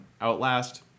Outlast